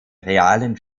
realen